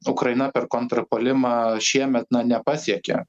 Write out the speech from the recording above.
ukraina per kontrapuolimą šiemet na nepasiekė